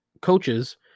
coaches